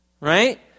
Right